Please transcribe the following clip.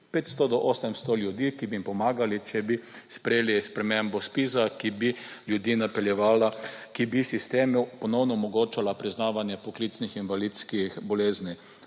500 do 800 ljudi, ki bi jim pomagali, če bi sprejeli spremembo ZPIZ-a, ki bi ljudi napeljevala, ki bi sistemu ponovno omogočala priznavanje poklicnih invalidskih bolezni.